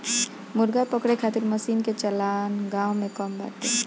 मुर्गा पकड़े खातिर मशीन कअ चलन गांव में कम बाटे